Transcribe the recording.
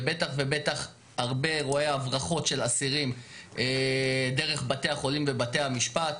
ובטח ובטח הרבה אירועי הברחות של אסירים דרך בתי החולים ובתי המשפט.